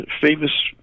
famous